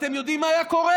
אתם יודעים מה היה קורה?